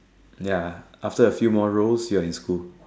ya after a few more rolls you're in school